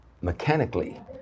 mechanically